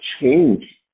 change